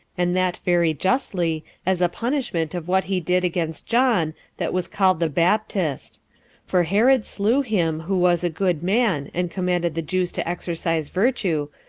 and that very justly, as a punishment of what he did against john, that was called the baptist for herod slew him who was a good man, and commanded the jews to exercise virtue,